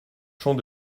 champ